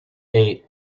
eight